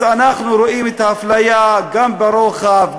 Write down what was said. אז אנחנו רואים את האפליה גם ברוחב,